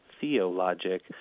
theologic